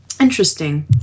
Interesting